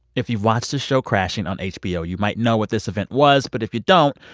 if you've watched his show crashing on hbo, you might know what this event was. but if you don't,